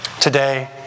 today